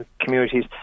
communities